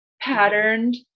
patterned